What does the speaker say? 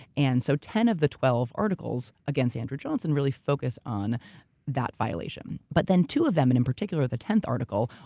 and so ten of the twelve articles against andrew johnson really focus on that violation. but then two of them, and in particular the tenth article,